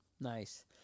Nice